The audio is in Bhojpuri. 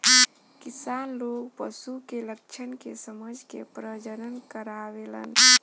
किसान लोग पशु के लक्षण के समझ के प्रजनन करावेलन